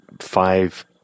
five